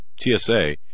TSA